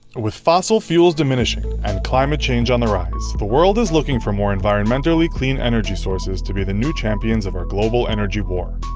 with fossil fuels diminishing and climate change on the rise, the world is looking for more environmentally clean energy sources to be the new champions of our global energy war.